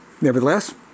Nevertheless